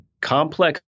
complex